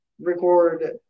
record